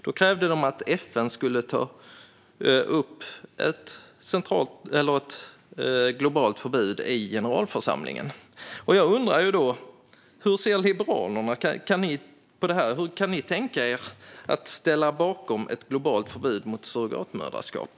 Då krävde de att FN skulle ta upp ett globalt förbud i generalförsamlingen. Jag undrar: Hur ser Liberalerna på detta? Kan ni tänka er att ställa er bakom ett globalt förbud mot surrogatmoderskap?